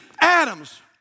Adams